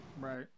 Right